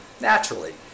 naturally